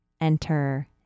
enter